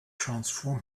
transform